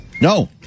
No